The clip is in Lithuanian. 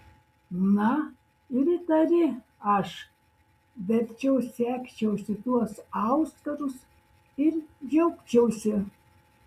na ir įtari aš verčiau segčiausi tuos auskarus ir džiaugčiausi